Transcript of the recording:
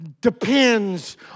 depends